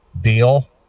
deal